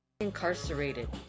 incarcerated